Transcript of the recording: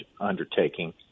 undertaking